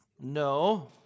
No